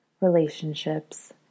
relationships